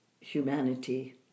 Humanity